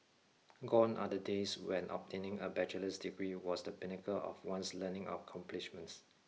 gone are the days when obtaining a bachelor's degree was the pinnacle of one's learning accomplishments